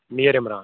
Mir Imran